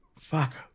Fuck